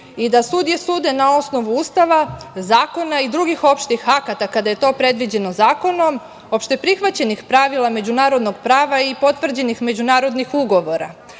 i da sudije sude na osnovu Ustava, zakona i drugih opštih akata, kada je to predviđeno zakonom, opšteprihvaćenih pravila međunarodnog prava i potvrđenih međunarodnih ugovora,